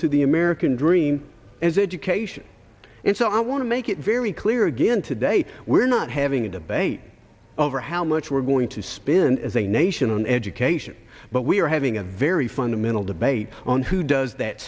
to the american dream as education and so i want to make it very clear again today we're not having a debate over how much we're going to spend as a nation on education but we are having a very fundamental debate on who does that